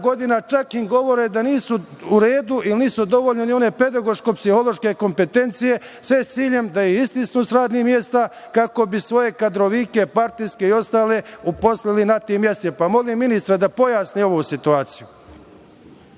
godina čak im govore da nisu u redu ili nisu dovoljne ni one pedagoško-psihološke kompetencije sve sa ciljem da ih istisnu sa radnih mesta kako bi svoje kadrovike, partijske i ostale uposlili na tim mestima. Molim ministra da pojasni ovu situaciju.